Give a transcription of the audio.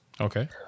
Okay